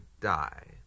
die